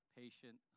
patient